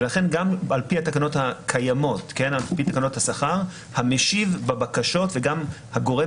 לכן גם על פי התקנות הקיימות המשיב בבקשות וגם הגורם